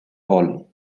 all